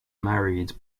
married